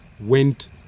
went